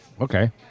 Okay